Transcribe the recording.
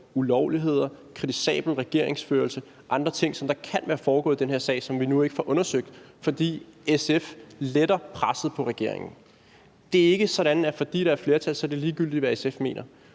ulovligheder, kritisabel regeringsførelse eller andre ting, som kan være foregået i den her sag, men som vi nu ikke får undersøgt, fordi SF letter presset på regeringen. Det er ikke sådan, at fordi der er et flertal, så er det ligegyldigt, hvad SF mener.